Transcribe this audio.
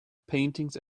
paintings